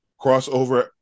crossover